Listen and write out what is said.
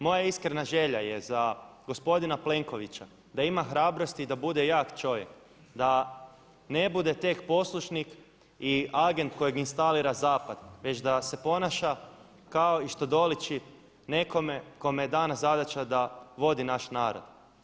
Moja iskrena želja je za gospodina Plenkovića da ima hrabrosti i da bude jak čovjek, da ne bude tek poslušnik i agent kojeg instalira zapad već da se ponaša kao i što doliči nekome kome je dana zadaća da vodi naš narod.